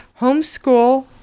homeschool